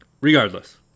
Regardless